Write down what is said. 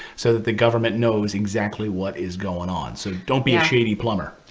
so that the government knows exactly what is going on. so don't be a shady plumber.